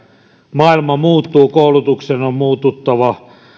maailma muuttuu koulutuksen on muututtava